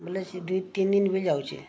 ବେଲେ ସେ ଦୁଇ ତିନ୍ ଦିନ୍ ବି ଯାଉଛେ